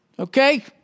Okay